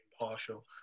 Impartial